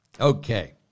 Okay